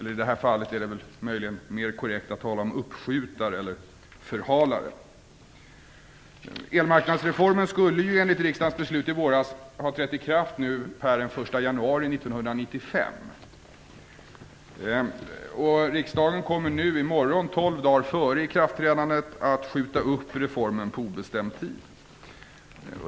I det här fallet är det möjligen mer korrekt att tala om uppskjutare eller förhalare. Riksdagen kommer i morgon, tolv dagar före ikraftträdandet, att skjuta upp reformen på obestämd tid.